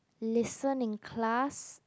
listen in class